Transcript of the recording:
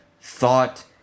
thought